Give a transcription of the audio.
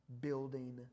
building